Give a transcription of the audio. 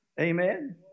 Amen